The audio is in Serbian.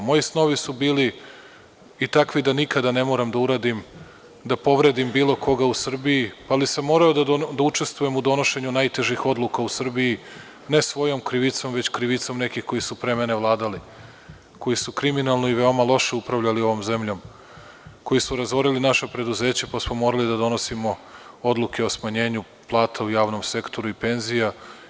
Moji snovi su bili i takvi da nikada ne moram da uradim, da povredim bilo koga u Srbiji, ali sam morao da učestvujem u donošenju najtežih odluka u Srbiji, ne svojom krivicom, već krivicom nekih koji su pre mene vladali, koji su kriminalno i veoma loše upravljali ovom zemljom, koji su razorili naša preduzeća pa smo morali da donosimo odluke o smanjenju plata u javnom sektoru i penzija.